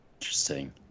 interesting